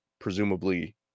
presumably